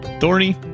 Thorny